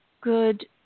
Good